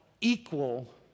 equal